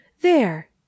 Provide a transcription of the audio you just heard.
There